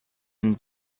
and